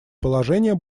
положение